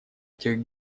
этих